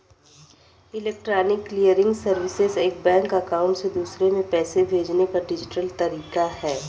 electronic clearing services एक bank account से दूसरे में पैसे भेजने का डिजिटल तरीका है